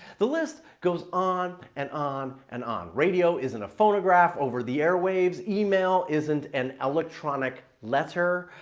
the list goes on and on and on. radio isn't a phonograph over the airwaves. email isn't an electronic letter.